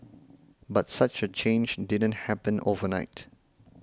but such a change didn't happen overnight